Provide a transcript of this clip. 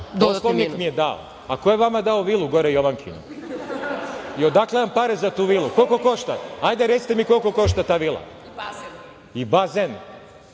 A ko je vama dao vilu gore Jovankinu? I, odakle vam pare za tu vilu? Koliko košta? Hajde, recite mi koliko košta ta vila i bazen?